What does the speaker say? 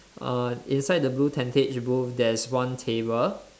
uh inside the blue tentage booth there's one table